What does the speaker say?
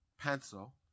pencil